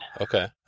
Okay